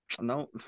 No